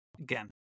again